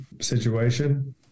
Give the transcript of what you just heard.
situation